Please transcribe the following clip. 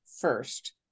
first